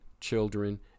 children